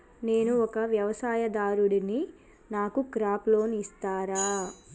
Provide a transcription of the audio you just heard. నేను ఒక వ్యవసాయదారుడిని నాకు క్రాప్ లోన్ ఇస్తారా?